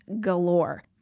galore